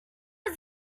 was